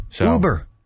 Uber